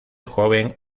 joven